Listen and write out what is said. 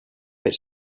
but